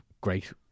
great